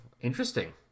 interesting